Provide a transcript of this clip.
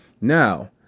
Now